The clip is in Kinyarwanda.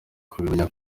kubimenya